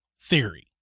theory